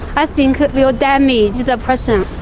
i think it will damage the person.